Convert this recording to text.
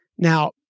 Now